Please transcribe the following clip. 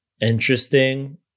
interesting